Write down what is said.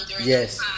Yes